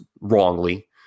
wrongly